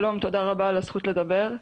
שלום, תודה רבה על הזכות לדבר.